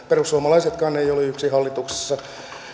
perussuomalaisetkaan eivät ole yksin hallituksessa